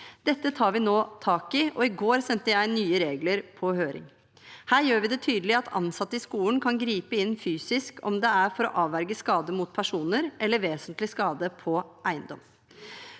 Dette tar vi nå tak i, og i går sendte jeg nye regler på høring. Der gjør vi det tydelig at ansatte i skolen kan gripe inn fysisk om det er for å avverge skade mot personer eller vesentlig skade på eiendom.